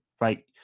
right